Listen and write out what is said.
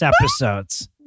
episodes